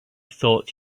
thought